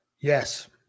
Yes